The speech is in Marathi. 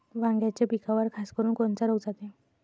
वांग्याच्या पिकावर खासकरुन कोनचा रोग जाते?